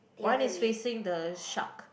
one is facing the shark